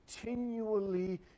continually